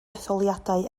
etholiadau